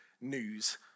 news